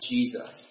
Jesus